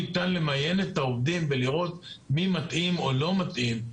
אבל בחקלאות לא ניתן למיין את העובדים ולראות מי מתאים או לא מתאים,